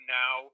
now